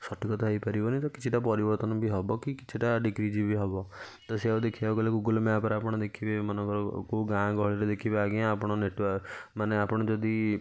ସଠିକତା ହେଇପାରିବନି ତ କିଛିଟା ପରିବର୍ତ୍ତନ ବି ହେବ କି କିଛିଟା ଡିକ୍ରିଜ୍ ବି ହେବ ତ ସେଇଆକୁ ଦେଖିବାକୁ ଗଲେ ଗୁଗୁଲ୍ ମ୍ୟାପ୍ରେ ଆପଣ ଦେଖିବେ ଏମାନଙ୍କର କେଉଁ ଗାଁଗହଳିର ଦେଖିବେ ଆଜ୍ଞା ଆପଣଙ୍କର ନେଟୱାର୍କ୍ ମାନେ ଆପଣ ଯଦି